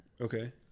okay